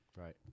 Right